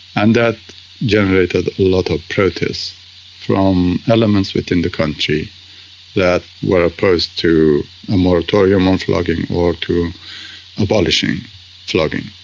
and that generated a lot of protests from elements within the country that were opposed to a moratorium on flogging or to abolishing flogging.